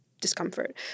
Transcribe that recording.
discomfort